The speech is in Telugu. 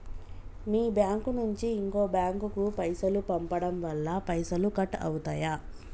మీ బ్యాంకు నుంచి ఇంకో బ్యాంకు కు పైసలు పంపడం వల్ల పైసలు కట్ అవుతయా?